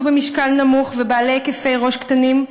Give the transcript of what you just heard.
במשקל נמוך והם בעלי היקפי ראש קטנים,